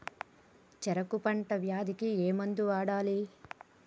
చెరుకు పంట వ్యాధి కి ఏ మందు వాడాలి?